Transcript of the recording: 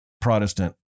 Protestant